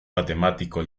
matemático